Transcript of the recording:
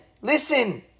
Listen